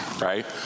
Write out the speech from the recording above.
right